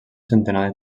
centenar